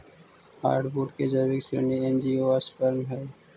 hardwood के जैविक श्रेणी एंजियोस्पर्म हइ